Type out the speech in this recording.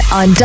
on